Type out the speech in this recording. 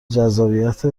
جذابیت